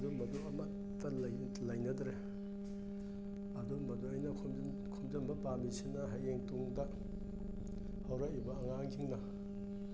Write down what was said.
ꯑꯗꯨꯝꯕꯗꯨ ꯑꯃꯠꯇ ꯂꯩꯅꯗ꯭ꯔꯦ ꯑꯗꯨꯝꯕꯗꯨ ꯑꯩꯅ ꯈꯣꯝꯖꯤꯟꯕ ꯄꯥꯝꯃꯤꯁꯤꯅ ꯍꯌꯦꯡ ꯇꯨꯡꯗ ꯍꯧꯔꯛꯏꯕ ꯑꯉꯥꯡꯁꯤꯡꯅ